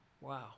Wow